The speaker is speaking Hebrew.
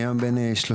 היום אני בן 36,